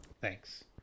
Thanks